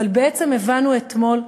בעצם הבנו את זה אתמול,